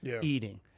eating